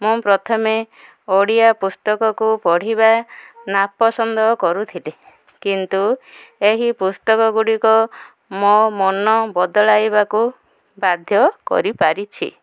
ମୁଁ ପ୍ରଥମେ ଓଡ଼ିଆ ପୁସ୍ତକକୁ ପଢ଼ିବା ନାପସନ୍ଦ କରୁଥିଲି କିନ୍ତୁ ଏହି ପୁସ୍ତକ ଗୁଡ଼ିକ ମୋ ମନ ବଦଳାଇବାକୁ ବାଧ୍ୟ କରିପାରିଛି